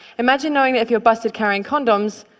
imagine knowing if you're busted carrying condoms,